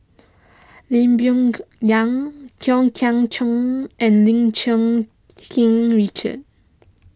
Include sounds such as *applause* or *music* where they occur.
Lee Boon *unintelligible* Yang Kwok Kian Chow and Lim Cherng King Richard